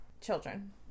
children